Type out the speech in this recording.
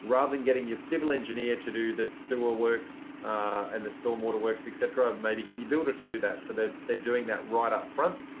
rather than getting your civil engineer to do the civil works and the stormwater works, etc, maybe get your builder to do that. so then they're doing that right up front.